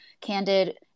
candid